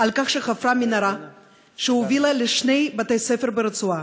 על כך שחפרה מנהרה שהובילה לשני בתי-ספר ברצועה.